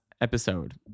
episode